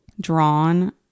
drawn